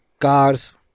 cars